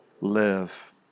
live